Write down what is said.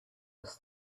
was